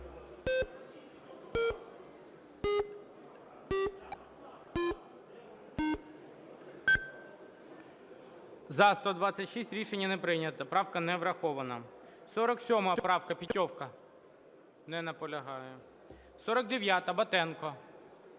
За-126 Рішення не прийнято. Правка не врахована. 47 правка, Петьовка. Не наполягає. 49-а, Батенка.